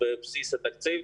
בבסיס התקציב.